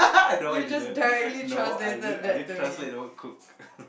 no I didn't no I didn't I didn't translate the whole cook